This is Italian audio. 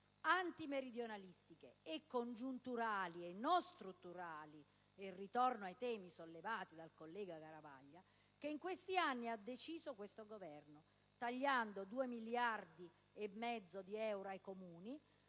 antimeridionalistiche, congiunturali e non strutturali (ritorno ai temi sollevati dal collega Garavaglia) che in questi anni ha deciso questo Governo, tagliando due miliardi e mezzo di euro ai Comuni,